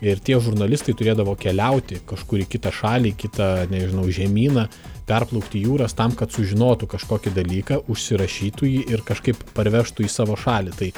ir tie žurnalistai turėdavo keliauti kažkur į kitą šalį kitą nežinau žemyną perplaukti jūras tam kad sužinotų kažkokį dalyką užsirašytų jį ir kažkaip parvežtų į savo šalį tai